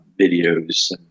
videos